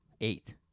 Eight